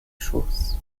schoß